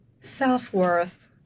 Self-worth